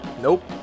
Nope